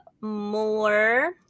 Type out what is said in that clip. more